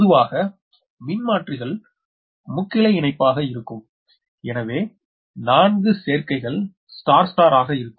பொதுவாக மின்மாற்றிகள் முக்கிளைஇணைப்பகை இருக்கும் எனவே 4 சேர்க்கைகல் ஸ்டார் ஸ்டார் அகா இருக்கும்